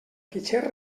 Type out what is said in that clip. fitxer